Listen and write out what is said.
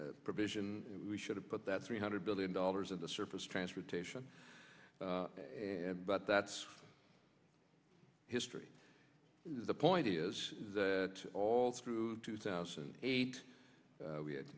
provision we should have put that three hundred billion dollars in the surface transportation and but that's history the point is that all through two thousand and eight we had